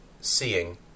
seeing